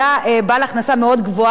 בסביבות 40,000 שקל בחודש,